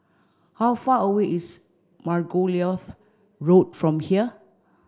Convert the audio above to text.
how far away is Margoliouth Road from here